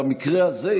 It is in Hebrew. במקרה הזה,